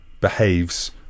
behaves